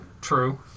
True